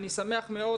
אני שמח מאוד,